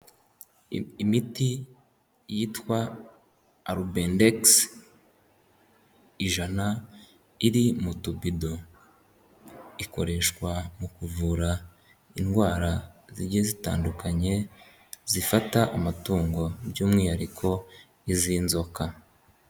Imiti yitwa arubendegisi, ijana iri mu tubido, ikoreshwa mu kuvura indwara zijye zitandukanye, zifata amatungo by'umwihariko izinzoka.